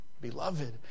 beloved